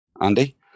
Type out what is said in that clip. Andy